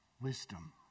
wisdom